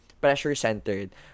pressure-centered